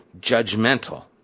judgmental